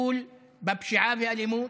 לטיפול בפשיעה ובאלימות